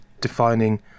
defining